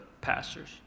pastors